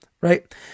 right